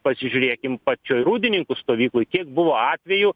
pasižiūrėkim pačioj rūdininkų stovykloj kiek buvo atvejų